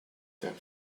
that